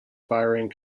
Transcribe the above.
firing